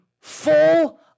full